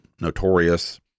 notorious